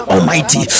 Almighty